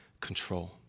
control